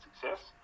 success